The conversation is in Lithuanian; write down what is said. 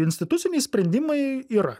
instituciniai sprendimai yra